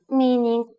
meaning